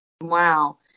Wow